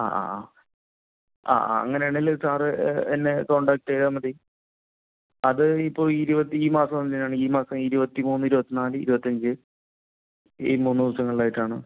ആ ആ ആ ആ ആ അങ്ങനെയാണെങ്കിൽ സാർ എന്നെ കോൺടാക്ട് ചെയ്താൽ മതി അത് ഇപ്പോൾ ഇരുപത്തി ഈ മാസം തന്നെയാണ് ഈ മാസം ഇരുപത്തിമൂന്ന് ഇരുപത്തിനാല് ഇരുപത്തിയഞ്ച് ഈ മൂന്ന് ദിവസങ്ങളിലായിട്ടാണ്